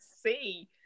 see